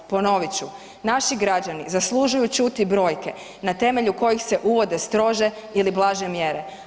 Ponovit ću, naši građani zaslužuju čuti brojke ne temelju kojih se uvode strože ili blaže mjere.